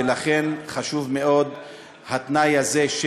ולכן חשוב מאוד התנאי הזה,